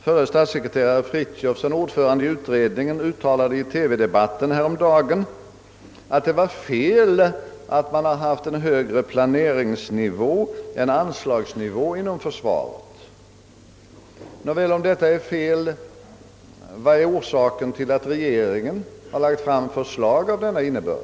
statssekreteraren Frithiofson, uttalade i TV-debatten häromdagen, att det var fel att man haft en högre planeringsnivå än anslagsnivå inom försvaret. Nåväl, om detta är fel, vad är då orsaken till att regeringen år efter år lagt fram förslag av denna innebörd?